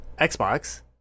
Xbox